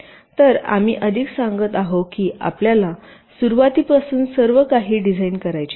तर आम्ही अधिक सांगत आहोत की आपल्याला सुरवातीपासून सर्व काही डिझाइन करायचे आहे